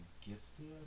Gifted